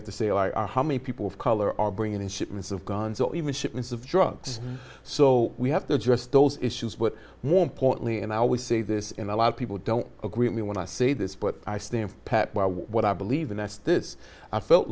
have to say how many people of color are bringing in shipments of guns or even shipments of drugs so we have to address those issues but more importantly and i always say this in a lot of people don't agree with me when i say this but i stand by what i believe in that's this i felt